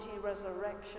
resurrection